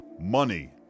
Money